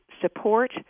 support